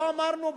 לא אמרנו,